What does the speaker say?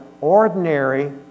ordinary